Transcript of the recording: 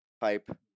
pipe